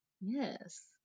Yes